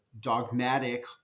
dogmatic